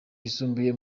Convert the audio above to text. yisumbuye